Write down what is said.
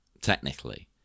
technically